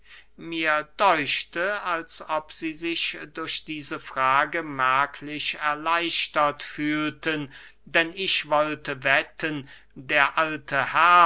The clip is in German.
mir däuchte als ob sie sich durch diese frage merklich erleichtert fühlten denn ich wollte wetten der alte herr